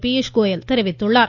பியுஷ்கோயல் தெரிவித்துள்ளார்